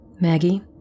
Maggie